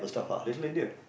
Little India